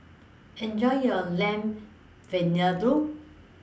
Enjoy your Lamb Vindaloo